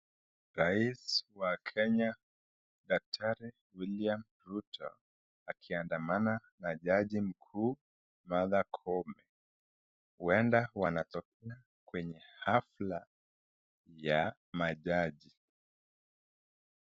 Rais wa Kenya daktari William Ruto akiandamana na jaji mkuu Martha Koome huenda wanatokea kwenye hafla ya majaji.